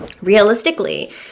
realistically